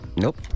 Nope